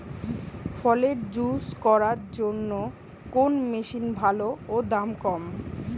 ফলের জুস করার জন্য কোন মেশিন ভালো ও দাম কম?